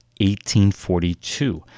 1842